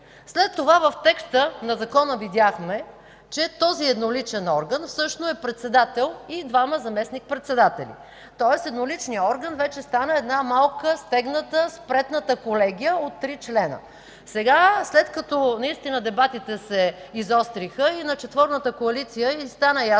След това в текста на закона видяхме, че този едноличен орган всъщност е председател и двама заместник-председатели. Тоест едноличният орган вече стана една малка, стегната, спретната Колегия от трима членове. Сега, след като наистина дебатите се изостриха и на четворната коалиция й стана ясно,